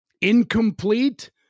incomplete